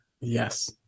Yes